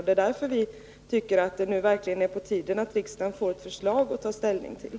Det är därför som vi tycker att det nu verkligen är på tiden att riksdagen får ett förslag att ta ställning till.